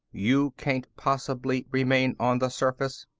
you can't possibly remain on the surface.